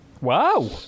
wow